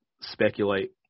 speculate